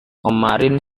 kemarin